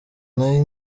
nari